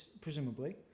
presumably